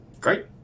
great